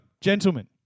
gentlemen